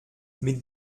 mit